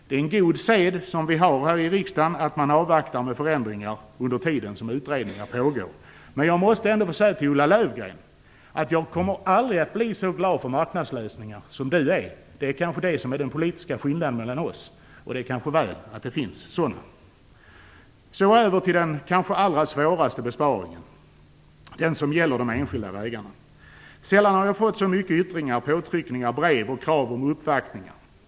Det är en god sed som vi har här i riksdagen att man avvaktar med förändringar under den tid som utredningar pågår. Jag måste ändå få säga till Ulla Löfgren att jag aldrig kommer att bli så glad för marknadslösningar som hon är. Det är kanske det som är den politiska skillnaden mellan oss, och det är kanske väl att det finns sådana. Låt mig så gå över till den kanske allra svåraste besparingen, den som gäller de enskilda vägarna. Sällan har jag fått så många yttringar, påtryckningar, brev och krav på uppvaktningar.